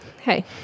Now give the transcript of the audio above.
hey